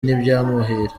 ntibyamuhira